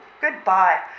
goodbye